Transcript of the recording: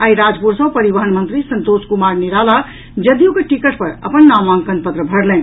आई राजपुर सँ परिवहन मंत्री संतोष कुमार निराला जदयूक टिकट पर अपन नामांकन पत्र भरलनि